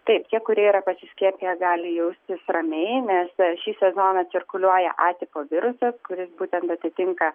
taip tie kurie yra pasiskiepiję gali jaustis ramiai nes šį sezoną cirkuliuoja atiko virusas kuris būtent atitinka